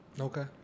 Okay